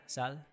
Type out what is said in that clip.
Sal